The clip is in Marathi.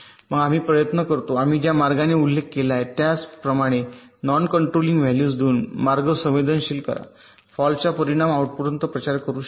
मग आम्ही प्रयत्न करतो आम्ही ज्या मार्गाने उल्लेख केला आहे त्याप्रमाणे नॉन कंट्रोलिंग व्हॅल्यूज देऊन मार्ग संवेदनशील करा फॉल्टचा परिणाम आउटपुटपर्यंत प्रचार करू शकतो